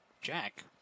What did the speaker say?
jack